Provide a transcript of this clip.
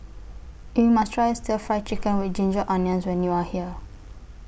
YOU must Try Stir Fry Chicken with Ginger Onions when YOU Are here